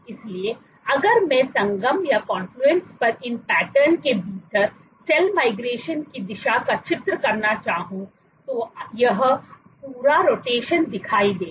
इसलिए अगर मैं संगम पर इन पैटर्न के भीतर सेल माइग्रेशन की दिशा का चित्र करना चाहूँ तो आपको यह पूरा रोटेशन दिखाई देगा